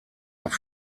auch